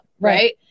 Right